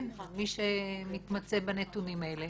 כן, מי שמתמצא בנתונים האלה.